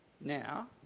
now